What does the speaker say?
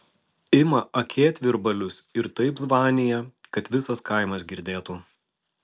ima akėtvirbalius ir taip zvanija kad visas kaimas girdėtų